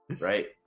right